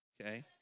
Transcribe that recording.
okay